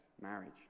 marriage